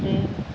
ଯେ